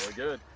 good.